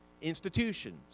Institutions